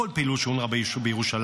כל פעילות של אונר"א בירושלים.